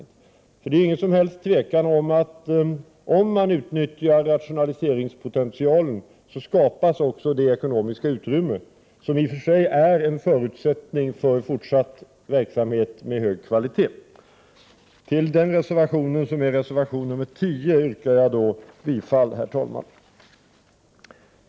Det råder nämligen inget som helst tvivel om att det, om man utnyttjar rationaliseringspotentialen, skapas det ekonomiska utrymme som i och för sig är en förutsättning för fortsatt verksamhet av hög kvalitet. Herr talman! Jag yrkar bifall till reservation 10.